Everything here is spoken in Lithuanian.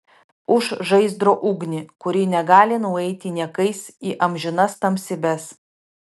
už žaizdro ugnį kuri negali nueiti niekais į amžinas tamsybes